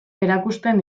erakusten